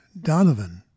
Donovan